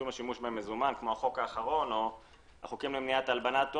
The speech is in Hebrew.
השימוש במזומן כמו החוק האחרון או החוקים למניעת הלבנת הון,